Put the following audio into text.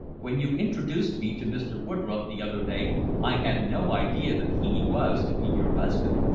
when you introduced me to mr. woodroffe the other day i had no idea that he was to be your husband.